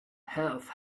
have